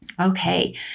Okay